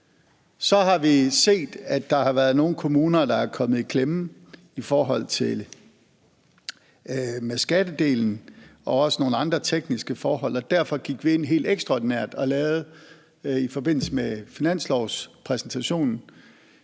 Så har vi set, at der har været nogle kommuner, der er kommet i klemme i forhold til skattedelen og også nogle andre tekniske forhold, og derfor gik vi i forbindelse med finanslovspræsentationen